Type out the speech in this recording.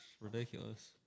ridiculous